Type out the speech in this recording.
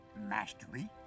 mastery